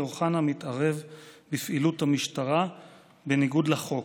אוחנה מתערב בפעילות המשטרה בניגוד לחוק".